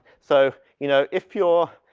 so you know, if you're,